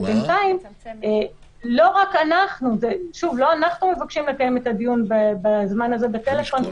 ובינתיים לא אנחנו מבקשים לקיים את הדיון בזמן הזה בטלפון,